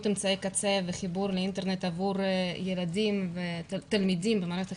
אמצעי קצה וחיבור לאינטרנט עבור תלמידים במערכת החינוך.